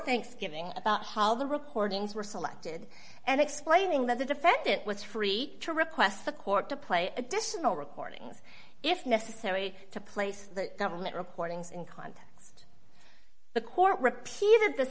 thanksgiving about how the recordings were selected and explaining that the defendant was free to request the court to play additional recordings if necessary to place the government recordings in context the court repeated this